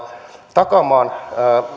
takaamaan